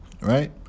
Right